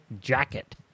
Jacket